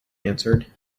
answered